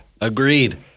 Agreed